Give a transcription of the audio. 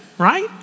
Right